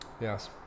Yes